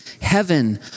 heaven